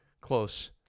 close